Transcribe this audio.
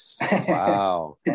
Wow